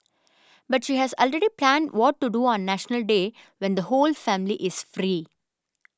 but she has already planned what to do on National Day when the whole family is free